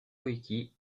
wiki